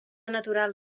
natural